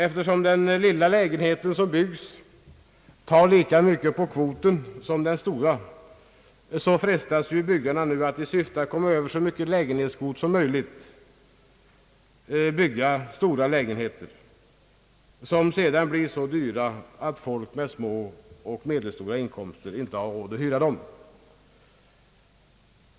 Eftersom den lilla lägenheten som byggs tar lika mycket av bostadskvoten som den stora, frestas byggarna, i syfte att komma över så stor lägenhetskvot som möjligt, att bygga stora lägenheter, som sedan blir så dyra att folk med små och medelstora inkomster inte har råd att hyra dem.